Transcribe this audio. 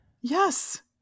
Yes